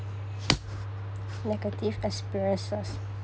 negative experiences